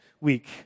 week